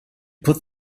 put